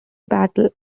battle